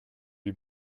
you